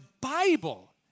Bible